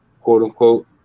quote-unquote